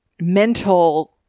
mental